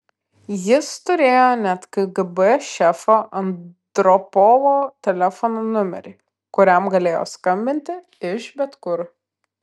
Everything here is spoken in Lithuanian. jis turėjo net kgb šefo andropovo telefono numerį kuriam galėjo skambinti iš bet kur